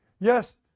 Yes